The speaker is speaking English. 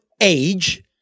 age